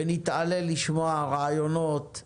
ונתעלה לשמוע רעיונות,